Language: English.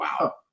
Wow